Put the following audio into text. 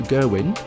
Gerwin